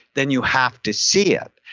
then you have to see it.